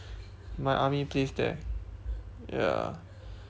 my army place there ya